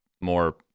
more